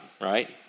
right